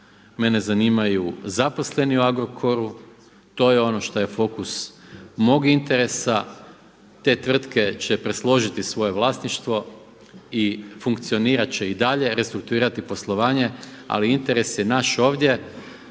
mene zanimaju zaposleni u Agrokoru, to je ono što je fokus mog interesa. Te tvrtke će presložiti svoje vlasništvo i funkcionirati će i dalje, restruktuirati poslovanje ali interes je naš ovdje